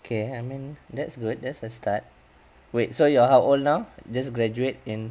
okay I mean that's good that's a start wait so you're how old now just graduate in